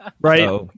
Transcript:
Right